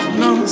no